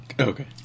Okay